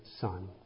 son